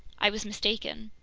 i was mistaken.